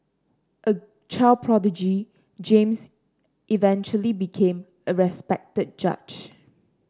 a child prodigy James eventually became a respected judge